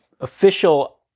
official